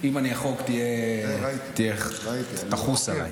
אם אני אחרוג, תחוס עליי.